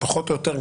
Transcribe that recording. פחות או יותר,